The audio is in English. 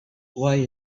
why